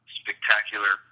spectacular